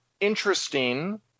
interesting